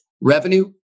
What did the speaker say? revenue